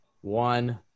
one